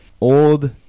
old